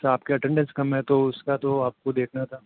अच्छा आपकी अटेंडन्स कम है तो उसका तो आपको देखना था